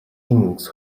innings